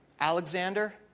Alexander